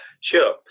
Sure